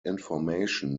information